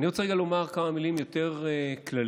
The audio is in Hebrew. אני רוצה לומר כמה מילים יותר כלליות.